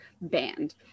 banned